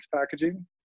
packaging